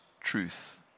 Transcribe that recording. truth